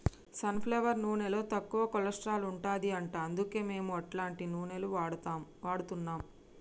sun flower నూనెలో తక్కువ cholesterol ఉంటది అంట అందుకే మేము అట్లాంటి నూనెలు వాడుతున్నాం